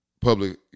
public